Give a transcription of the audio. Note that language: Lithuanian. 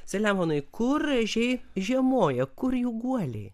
selemonai kur ežiai žiemoja kur jų guoliai